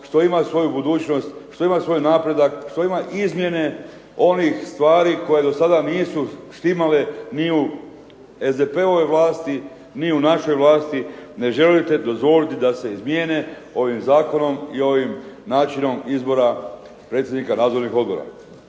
što ima svoju budućnost, što ima svoj napredak, što ima izmjene onih stvari koje dosada nisu štimale ni u SDP-ovoj vlasti ni u našoj vlasti ne želite dozvoliti da se izmjene ovim zakonom i ovim načinom izbora predsjednika nadzornih odbora.